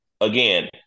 again